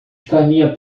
caminha